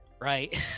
right